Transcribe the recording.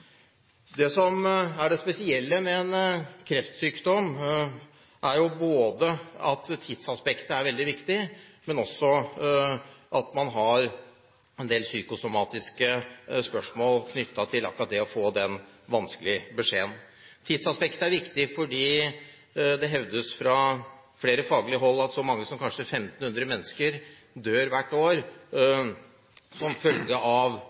som er det spesielle med en kreftsykdom, er jo både at tidsaspektet er veldig viktig, og at man har en del spørsmål knyttet til akkurat det psykosomatiske ved å få den vanskelige beskjeden. Tidsaspektet er viktig, fordi det hevdes fra flere faglige hold at kanskje så mange som 1 500 mennesker dør hvert år som følge av